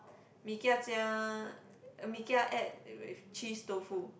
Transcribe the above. Mee-Kia 加 uh Mee-Kia add with cheese tofu